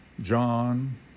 John